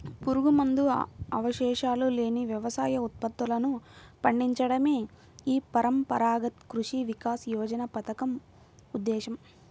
పురుగుమందు అవశేషాలు లేని వ్యవసాయ ఉత్పత్తులను పండించడమే ఈ పరంపరాగత కృషి వికాస యోజన పథకం ఉద్దేశ్యం